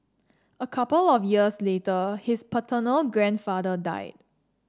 a couple of years later his paternal grandfather died